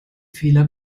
fehler